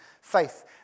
faith